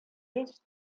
яшь